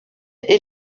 est